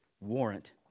warrant